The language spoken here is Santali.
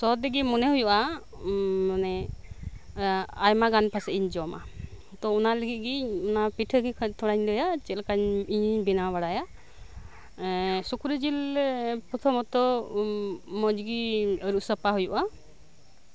ᱥᱚ ᱛᱮᱜᱮ ᱢᱚᱱᱮ ᱦᱩᱭᱩᱜᱼᱟ ᱢᱟᱱᱮ ᱟᱭᱢᱟᱜᱟᱱ ᱯᱟᱥᱮᱡ ᱤᱧ ᱡᱚᱢᱟ ᱛᱚ ᱚᱱᱟ ᱞᱟᱹᱜᱤᱫ ᱜᱮ ᱯᱤᱴᱷᱟᱹ ᱜᱮ ᱛᱷᱚᱲᱟᱧ ᱞᱟᱹᱭᱟ ᱪᱮᱫ ᱞᱮᱠᱟ ᱤᱧᱤᱧ ᱵᱮᱱᱟᱣ ᱵᱟᱲᱟᱭᱟ ᱮᱜ ᱥᱩᱠᱨᱤ ᱡᱤᱞ ᱯᱨᱚᱛᱷᱚᱢᱚᱛᱚ ᱢᱚᱸᱡᱽᱜᱮ ᱟᱹᱨᱩᱵ ᱥᱟᱯᱷᱟ ᱦᱩᱭᱩᱜᱼᱟ